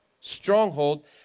stronghold